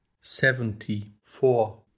seventy-four